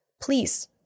please